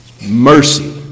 Mercy